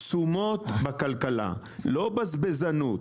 לא בזבזנות.